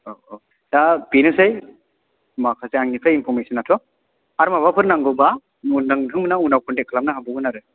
औ औ दा बेनोसै माखासे आंनिफ्राय इनफरमेसनाथ' आर माबाफोर नांगौब्ला नोंथांमोना उनाव कन्टेक्ट खालामनो हाबावगोन आरो